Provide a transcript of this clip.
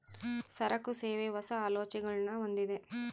ಸರಕು, ಸೇವೆ, ಹೊಸ, ಆಲೋಚನೆಗುಳ್ನ ಹೊಂದಿದ